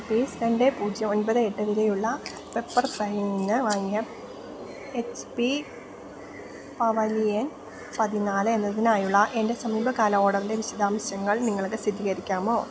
rupees രണ്ട് പൂജ്യം ഒൻപത് എട്ട് വിലയുള്ള പെപ്പർഫ്രൈയില് നിന്ന് വാങ്ങിയ എച്ച് പി പവലിയൻ പതിനാല് എന്നതിനായുള്ള എൻ്റെ സമീപകാല ഓർഡറിൻ്റെ വിശദാംശങ്ങൾ നിങ്ങൾക്ക് സ്ഥിരീകരിക്കാമോ